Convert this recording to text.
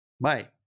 Bye